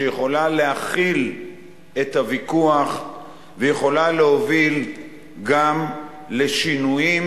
שיכולה להכיל את הוויכוח ויכולה להוביל גם לשינויים